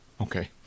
okay